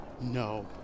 No